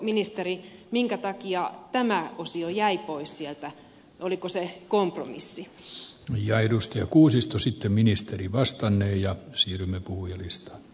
ministeri minkä takia tämä osio jäi pois sieltä oliko se kompromissi ja edustaja kuusisto sitten ministeri vastaan ja siirrymme kuulemista